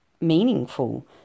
meaningful